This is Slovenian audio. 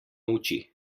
molči